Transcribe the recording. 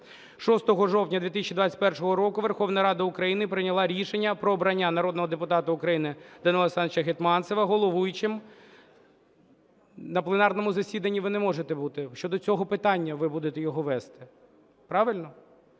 6 жовтня 2021 року Верховна Рада України прийняла рішення про обрання народного депутата України Данила Олександровича Гетманцева головуючим… На пленарному засіданні ви не можете бути. Щодо цього питання ви будете його вести. Правильно?